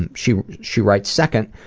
and she she writes, second,